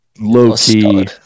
low-key